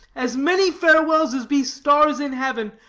as many farewells as be stars in heaven,